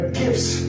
gifts